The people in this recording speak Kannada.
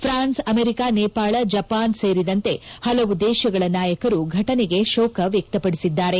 ಫ್ರಾನ್ಸ್ ಅಮೆರಿಕ ನೇಪಾಳ ಜಪಾನ್ ಸೇರಿದಂತೆ ಹಲವು ದೇಶಗಳ ನಾಯಕರು ಘಟನೆಗೆ ಶೋಕ ವ್ಯಕ್ತಪದಿಸಿದ್ದಾರೆ